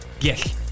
Yes